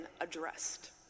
addressed